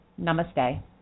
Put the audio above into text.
Namaste